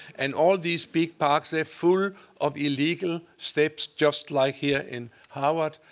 and all of these big parks, they're full of illegal steps, just like here in howard,